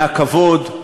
מהכבוד,